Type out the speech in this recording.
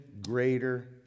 greater